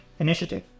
Initiative